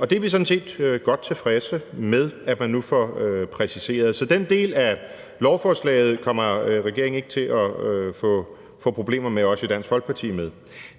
og det er vi sådan set godt tilfredse med at man nu får præciseret. Så den del af lovforslaget kommer regeringen ikke til at få problemer med os i Dansk Folkeparti med.